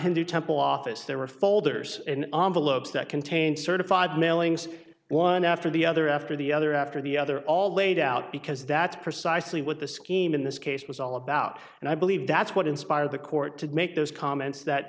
hindu temple office there were folders in the lobes that contained certified mailings one after the other after the other after the other all laid out because that's precisely what the scheme in this case was all about and i believe that's what inspired the court to make those comments that